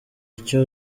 icyo